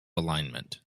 alignment